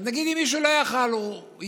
אז נגיד אם מישהו לא יכול היה, הוא איחר,